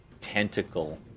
tentacle